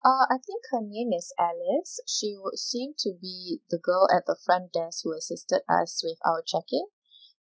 uh I think her name is alice she would seem to be the girl at the front desk who assisted us with our check in